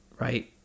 right